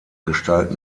gestalt